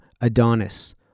Adonis